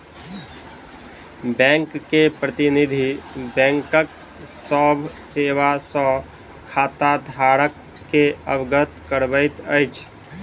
bank के प्रतिनिधि, बैंकक सभ सेवा सॅ खाताधारक के अवगत करबैत अछि